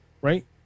right